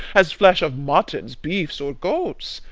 as flesh of muttons, beefs, or goats.